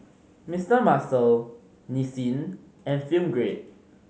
Mister Muscle Nissin and Film Grade